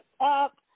up